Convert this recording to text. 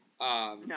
No